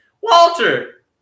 Walter